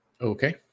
Okay